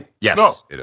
Yes